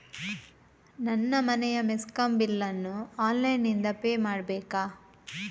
ನನ್ನ ಮನೆಯ ಮೆಸ್ಕಾಂ ಬಿಲ್ ಅನ್ನು ಆನ್ಲೈನ್ ಇಂದ ಪೇ ಮಾಡ್ಬೇಕಾ?